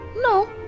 No